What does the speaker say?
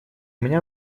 меня